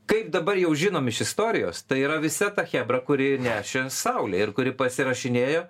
kaip dabar jau žinom iš istorijos tai yra visa ta chebra kuri nešė saulę ir kuri pasirašinėjo